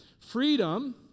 Freedom